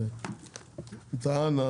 והוא טען,